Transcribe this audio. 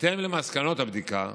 בהתאם למסקנות הבדיקה,